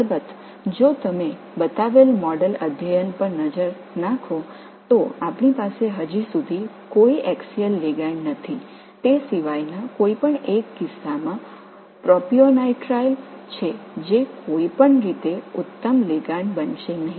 நிச்சயமாக நாங்கள் காட்டிய மாதிரி ஆய்வுகளை நீங்கள் பார்த்தால் அந்த சந்தர்ப்பங்களில் ஒன்றைத் தவிர வேறு எந்த ஆக்சியல் லிகாண்ட் இல்லை அது எப்படியிருந்தாலும் ஒரு பெரிய லிகாண்ட் ஆகப் போவதில்லை